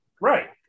Right